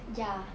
ya